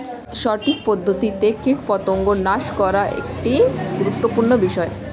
সঠিক পদ্ধতিতে কীটপতঙ্গ নাশ করা একটি গুরুত্বপূর্ণ বিষয়